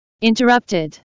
interrupted